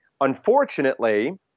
Unfortunately